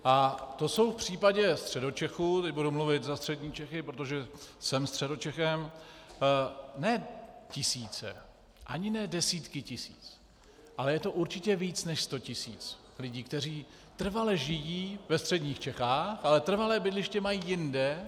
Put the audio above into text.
A to jsou v případě Středočechů teď budu mluvit za střední Čechy, protože jsem Středočechem ne tisíce, ani ne desítky tisíc, ale je to určitě více než sto tisíc lidí, kteří trvale žijí ve středních Čechách, ale trvalé bydliště mají jinde.